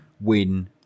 win